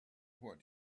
what